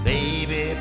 Baby